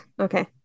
okay